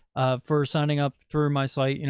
um for signing up through my site. you know,